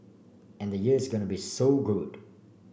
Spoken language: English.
and the year's gonna be so good